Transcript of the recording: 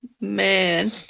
Man